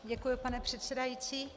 Děkuji, pane předsedající.